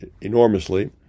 enormously